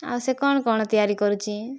ଆଉ ସେ କ'ଣ କ'ଣ ତିଆରି କରୁଛି